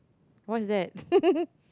what is that